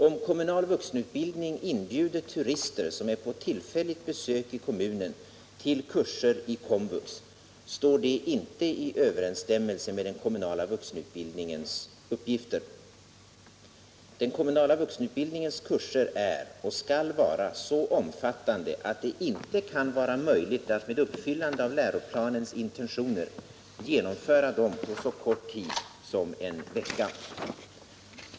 Om kommunal vuxenutbildning inbjuder turister som är på tillfälligt besök i kommunen till kurser i komvux står det inte i överensstämmelse med den kommunala vuxenutbildningens uppgifter. Den kommunala vuxenutbildningens kurser är — och skall vara — så omfattande att det inte kan bli möjligt att med uppfyllande av läroplanens intentioner genomföra dem på så kort tid som en vecka.